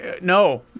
No